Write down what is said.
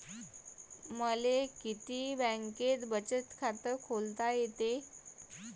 मले किती बँकेत बचत खात खोलता येते?